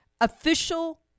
Official